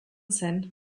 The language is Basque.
zen